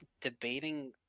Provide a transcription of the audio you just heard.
debating